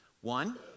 One